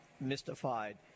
mystified